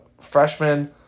freshman